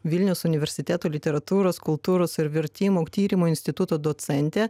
vilniaus universiteto literatūros kultūros ir vertimų tyrimų instituto docentė